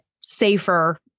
safer